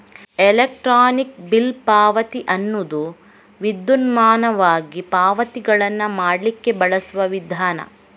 electronic bill ಪಾವತಿ ಅನ್ನುದು ವಿದ್ಯುನ್ಮಾನವಾಗಿ ಪಾವತಿಗಳನ್ನ ಮಾಡ್ಲಿಕ್ಕೆ ಬಳಸುವ ವಿಧಾನ